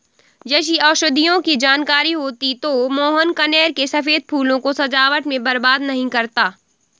यदि औषधियों की जानकारी होती तो मोहन कनेर के सफेद फूलों को सजावट में बर्बाद नहीं करता